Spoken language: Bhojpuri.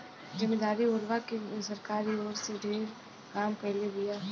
जमीदारी ओरवा के सरकार इ ओर में ढेरे काम कईले बिया